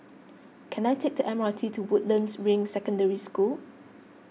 can I take the M R T to Woodlands Ring Secondary School